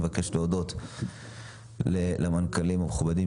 אני כמובן מבקש להודות למנכ"לים המכובדים